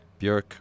Björk